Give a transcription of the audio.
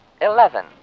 eleven